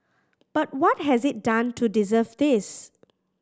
but what has it done to deserve this